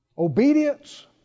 Obedience